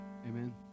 Amen